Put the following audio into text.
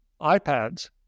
iPads